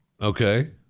Okay